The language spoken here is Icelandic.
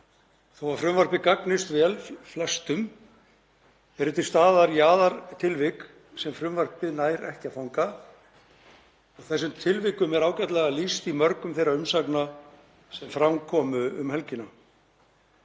Þó að frumvarpið gagnist vel flestum eru til staðar jaðartilvik sem frumvarpið nær ekki að fanga. Þessum tilvikum er ágætlega lýst í mörgum þeirra umsagna sem fram komu um helgina.